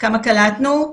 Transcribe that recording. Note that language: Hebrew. כמה קלטנו?